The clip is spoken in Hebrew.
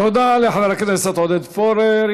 תודה לחבר הכנסת עודד פורר.